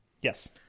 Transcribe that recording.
Yes